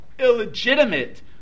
Illegitimate